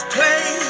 Play